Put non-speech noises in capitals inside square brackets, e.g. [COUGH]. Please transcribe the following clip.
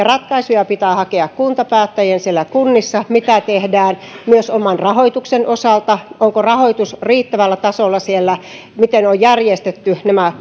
[UNINTELLIGIBLE] ratkaisuja pitää hakea kuntapäättäjien siellä kunnissa mitä tehdään myös oman rahoituksen osalta onko rahoitus riittävällä tasolla siellä miten on järjestetty nämä [UNINTELLIGIBLE]